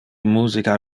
musica